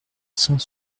cent